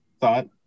thought